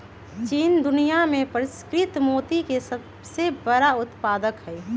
चीन दुनिया में परिष्कृत मोती के सबसे बड़ उत्पादक हई